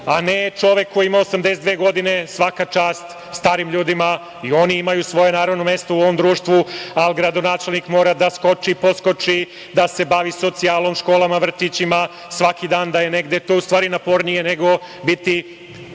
a ne čovek koji ima 82 godine. Svaka čast starim ljudima, i oni imaju svoje naravno, mesto u ovom društvu, ali gradonačelnik mora da skoči, poskoči, da se bavi socijalom, školama, vrtićima, svaki dan da je negde, to je u stvari napornije nego biti